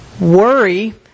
worry